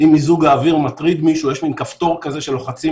אם מיזוג האוויר מטריד מישהו יש מין כפתור כזה שלוחצים